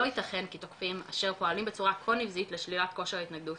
לא יתכן כי תוקפים אשר פועלים בצורה כה נבזית לשלילת כושר ההתנגדות,